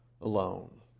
alone